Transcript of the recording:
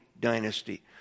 dynasty